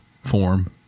form